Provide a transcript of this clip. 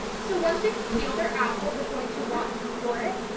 so once we've peeled our apple, we're going to want to core it.